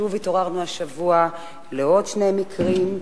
שוב התעוררנו השבוע לעוד שני מקרים,